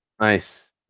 Nice